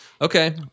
Okay